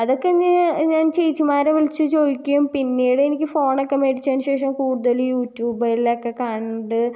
അതൊക്കെ എന്ന് ഞാൻ ചേച്ചിമാരെ വിളിച്ച് ചോദിക്കും പിന്നീട് എനിക്ക് ഫോണൊക്കെ മേടിച്ചതിന് ശേഷം കൂടുതൽ യൂറ്റൂബ്കളിലൊക്കെ കണ്ട്